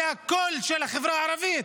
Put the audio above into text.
זה הקול של החברה הערבית.